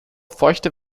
feuchte